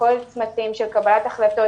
בכל הצמתים של קבלת ההחלטות,